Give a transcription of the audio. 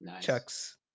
Chucks